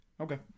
okay